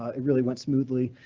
it really went smoothly.